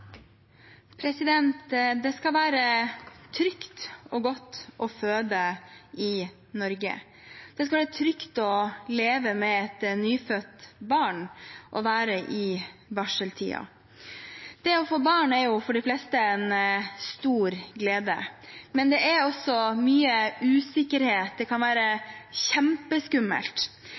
Det skal være trygt og godt å føde i Norge. Det skal være trygt å leve med et nyfødt barn og være i barseltiden. Det å få barn er for de fleste en stor glede, men det er også mye usikkerhet. Det kan være kjempeskummelt